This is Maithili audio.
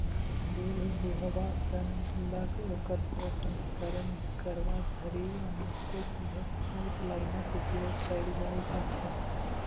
दूध दूहबा सॅ ल क ओकर प्रसंस्करण करबा धरि अनेको दूधक पाइपलाइनक उपयोग कयल जाइत छै